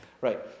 Right